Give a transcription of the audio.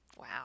Wow